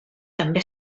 també